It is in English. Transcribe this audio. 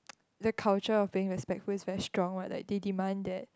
the culture of being respectful is very strong one they demand that